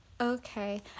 Okay